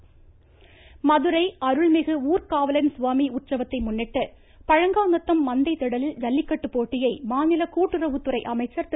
ஜல்லிக்கட்டு மதுரை அருள்மிகு ஊர்க்காவலன் சுவாமி உற்சவத்தை முன்னிட்டு பழங்காநத்தம் மந்தை திடலில் ஜல்லிக்கட்டு போட்டியை மாநில கூட்டுறவுத்துறை அமைச்சர் திரு